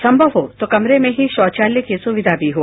संभव हो तो कमरे में ही शौचालय की सुविधा भी हो